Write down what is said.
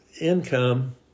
income